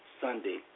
Sunday